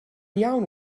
iawn